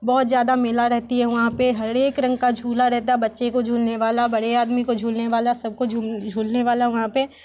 बहुत ज़्यादा मेला रहती है वहाँ पे हर एक रंग का झूला रहता बच्चे को झूलने वाला बड़े आदमी को झूलने वाला सबको झूलने वहाँ पे